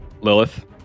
lilith